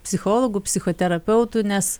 psichologų psichoterapeutų nes